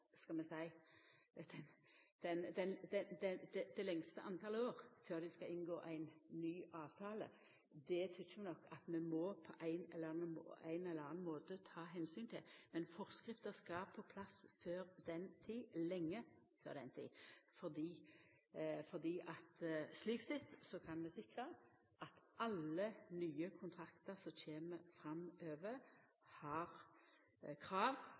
skal vi seia – flest år igjen før dei skal inngå ein ny avtale, at vi synest vi på ein eller annan måte må ta omsyn til det. Men forskrifta skal på plass før den tida – lenge før den tida – fordi vi slik sett kan sikra at alle nye kontraktar som kjem framover, har krav